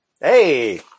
Hey